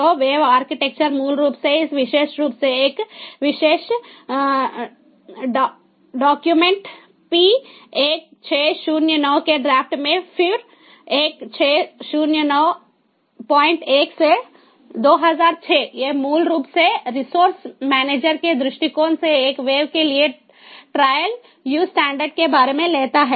तो वेव आर्किटेक्चर मूल रूप से इस विशेष रूप से एक विशेष डॉक्यूमेंट P1609 के ड्राफ्ट में फिर 16091 2006 ये मूल रूप से रीसोर्स मैनेजर के दृष्टिकोण से एक वेव के लिए ट्रायल यूज स्टैंडर्ड के बारे में लेता है